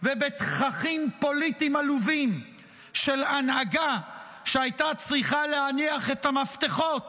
ובתככים פוליטיים עלובים של הנהגה שהייתה צריכה להניח את המפתחות